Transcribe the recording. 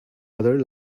other